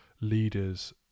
leaders